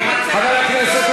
ענה לך.